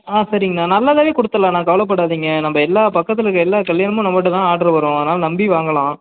ஆ சரிங்ணா நல்லதாகவே கொடுத்துருலாண்ணா கவலைப்படாதீங்க நம்ம எல்லா பக்கத்தில் இருக்க எல்லா கல்யாணமும் நம்மள்ட்ட தான் ஆர்டரு வரும் அதனால நம்பி வாங்கலாம்